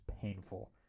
painful